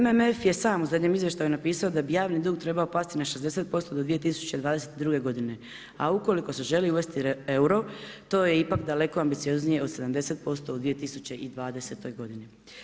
MMF je sam u zadnjem izvještaju napisao da bi javni dug trebao pasti na 60% do 2022. godine a ukoliko se želi uvesti euro, to je ipak daleko ambicioznije od 70% u 2020. godini.